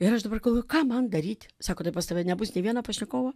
ir aš dabar galvoju ką man daryti sako tai pas tave nebus nė vieno pašnekovo